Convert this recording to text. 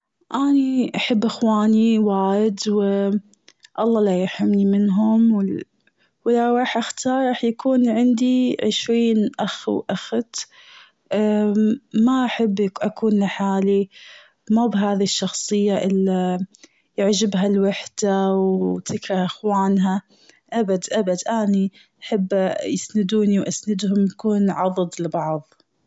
أني أحب أخواني وايد و الله لا يحرمني منهم، و لو رح اختار رح يكون عندي عشرين أخو أخت ما أحب اكون لحالي. مو بهذه الشخصية يعجبها الوحدة عنها ابد- ابد أني أحب يسندوني و اسندهم نكون عضد لبعض.